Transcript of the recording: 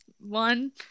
one